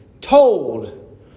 told